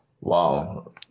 Wow